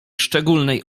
szczególnej